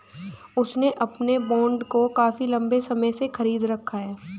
उसने अपने बॉन्ड को काफी लंबे समय से खरीद रखा है